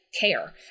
care